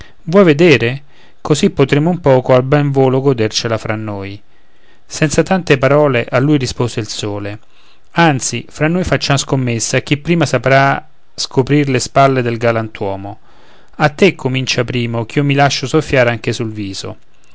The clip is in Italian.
vuoi vedere così potremo un poco al bel volo godercela fra noi senza tante parole a lui rispose il sole anzi fra noi facciam scommessa a chi prima saprà scoprir le spalle del galantuomo a te comincia primo ch'io mi lascio soffiar anche sul viso